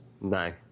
No